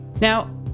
Now